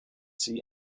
see